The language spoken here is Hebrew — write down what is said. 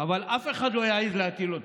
אבל אף אחד לא העז להטיל אותם,